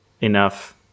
enough